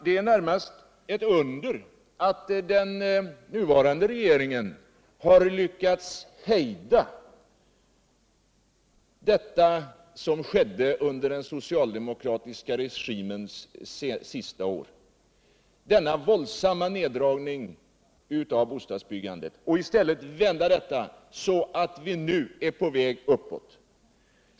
Det är närmast ett under att den nuvarande regeringen har lyckats hejda denna våldsamma neddragning av bostadsbyggandet som skedde under den socialdemokratiska regimens sista år och i stället vända denna utveckling så, att vi nu är på väg uppåt.